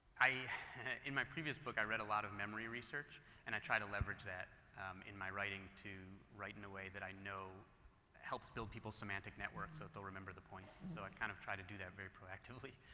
i in my previous book, i read a lot of memory research and i try to leverage that in my writing to write in a way that i know helps build peoples semantic network so they'll remember the points. so i've kind of tried to do that very proactively.